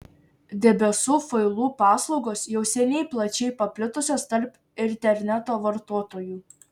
debesų failų paslaugos jau seniai plačiai paplitusios tarp interneto vartotojų